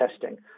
testing